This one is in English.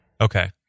Okay